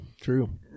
True